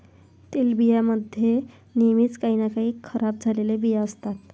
तेलबियां मध्ये नेहमीच काही ना काही खराब झालेले बिया असतात